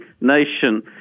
nation